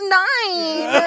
nine